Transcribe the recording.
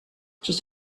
just